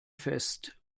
fest